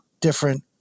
different